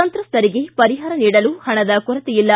ಸಂತ್ರಸ್ತರಿಗೆ ಪರಿಹಾರ ನೀಡಲು ಪಣದ ಕೊರತೆಯಿಲ್ಲ